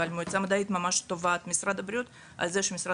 אבל המועצה המדעית ממש תובעת את משרד הבריאות על זה שמשרד